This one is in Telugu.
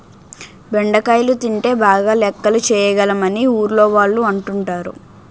బెండకాయలు తింటే బాగా లెక్కలు చేయగలం అని ఊర్లోవాళ్ళు అంటుంటారు